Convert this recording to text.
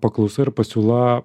paklausa ir pasiūla